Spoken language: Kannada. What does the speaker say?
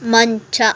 ಮಂಚ